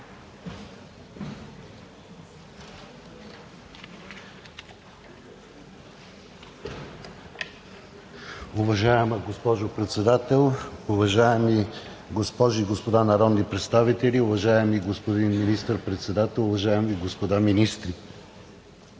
Уважаема госпожо Председател, уважаеми госпожи и господа народни представители, уважаеми господин Министър-председател, уважаеми господа министри!